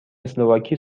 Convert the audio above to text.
اسلواکی